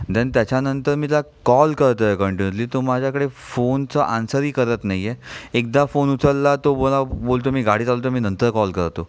then त्याच्यानंतर मी त्याला कॉल करतो आहे कंटिन्यूसली तो माझ्याकडे फोनचा आन्सरही करत नाही आहे एकदा फोन उचलला तो मला बोलतो मी गाडी चालवतो आहे मी नंतर कॉल करतो